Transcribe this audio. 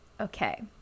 Okay